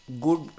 good